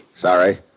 Sorry